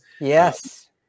Yes